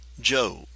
Job